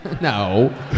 No